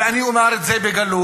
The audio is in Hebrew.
ואני אומר את זה בגלוי,